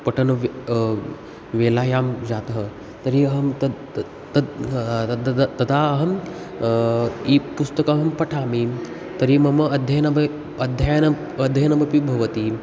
पठन वे वेलयां जातः तर्हि अहं तत् तत् तदा अहं ई पुस्तकहं पठामि तर्हि मम अध्ययन बे अध्ययनं अध्ययनमपि भवति